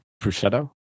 Prosciutto